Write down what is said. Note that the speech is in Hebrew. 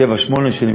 שבע-שמונה שנים,